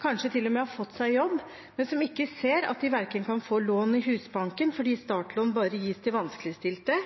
kanskje til og med har fått seg jobb – men som ikke ser at de verken kan få lån i Husbanken, fordi startlån bare gis til vanskeligstilte,